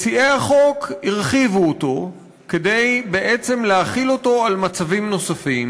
מציעי החוק הרחיבו אותו כדי להחיל אותו על מצבים נוספים.